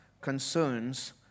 concerns